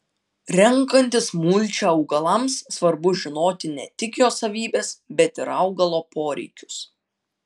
renkantis mulčią augalams svarbu žinoti ne tik jo savybes bet ir augalo poreikius